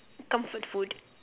comfort food